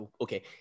okay